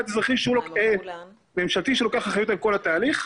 אזרחי ממשלתי שלוקח אחריות על כל התהליך.